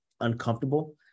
uncomfortable